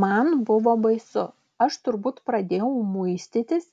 man buvo baisu aš turbūt pradėjau muistytis